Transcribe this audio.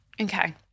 Okay